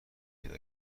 پیدا